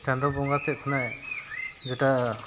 ᱪᱟᱸᱫᱳ ᱵᱚᱸᱜᱟ ᱥᱮᱫ ᱠᱷᱚᱱᱟᱜ ᱡᱮᱴᱟ